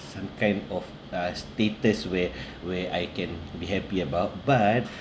some kind of uh status where where I can be happy about but